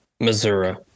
Missouri